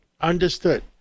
Understood